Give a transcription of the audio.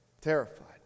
terrified